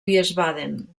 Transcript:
wiesbaden